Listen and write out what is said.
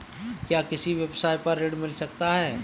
क्या किसी व्यवसाय पर ऋण मिल सकता है?